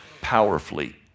powerfully